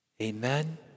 Amen